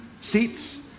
seats